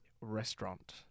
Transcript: restaurant